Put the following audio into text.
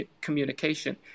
communication